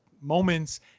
moments